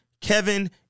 Kevin